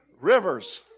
Rivers